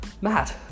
Mad